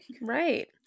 Right